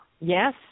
yes